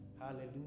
Hallelujah